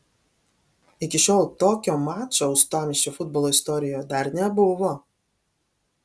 iki šiol tokio mačo uostamiesčio futbolo istorijoje dar nebuvo